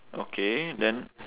okay then